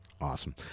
Awesome